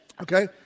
Okay